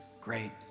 great